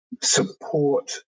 support